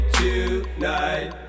tonight